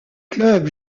club